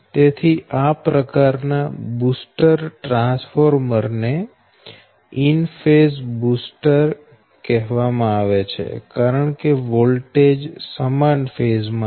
તેથી આ પ્રકારના બૂસ્ટર ટ્રાન્સફોર્મર ને ઈન ફેઝ બૂસ્ટર કહેવામાં આવે છે કારણ કે વોલ્ટેજ સમાન ફેઝ માં છે